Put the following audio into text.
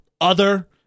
other-